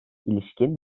ilişkin